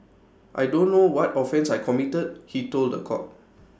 I don't know what offence I committed he told The Court